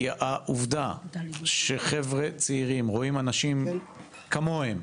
כי העובדה שחבר'ה צעירים רואים אנשים כמוהם,